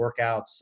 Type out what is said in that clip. workouts